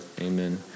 amen